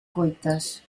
cuites